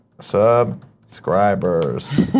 Subscribers